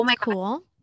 cool